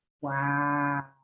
Wow